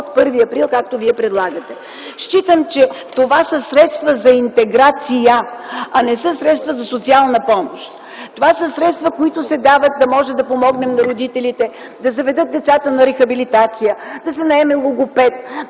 от 1 април, както вие предлагате. Смятам, че това са средства за интеграция, а не са средства за социална помощ. Това са средства, които се дават, за да можем да помогнем на родителите да заведат децата на рехабилитация, да се наеме логопед,